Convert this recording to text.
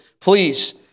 please